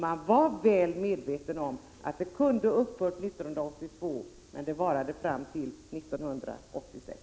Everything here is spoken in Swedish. Man var väl medveten om att bidraget kunde ha upphört 1982 — men det varade fram till 1986.